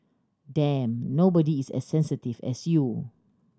damn nobody is as sensitive as you